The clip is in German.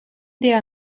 der